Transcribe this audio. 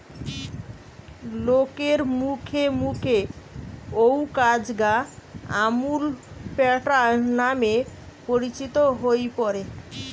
লোকের মুখে মুখে অউ কাজ গা আমূল প্যাটার্ন নামে পরিচিত হই পড়ে